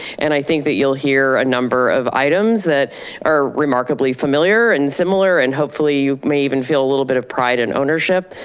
and i think that you'll hear a number of items that are remarkably familiar and similar, and hopefully you may even feel a little bit of pride and ownership,